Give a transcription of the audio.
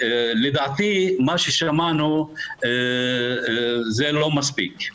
לדעתי מה ששמענו זה לא מספיק.